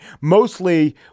mostly